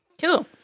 Cool